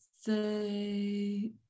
say